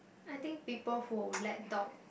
I think people who let dogs